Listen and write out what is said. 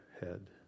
head